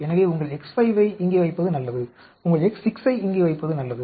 எனவே உங்கள் X5 ஐ இங்கே வைப்பது நல்லது உங்கள் X6 ஐ இங்கே வைப்பது நல்லது